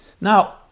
Now